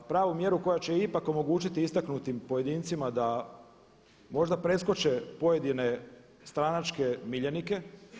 Pravu mjeru koja će ipak omogućiti istaknutim pojedincima da možda preskoče pojedine stranačke miljenike.